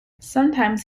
sometimes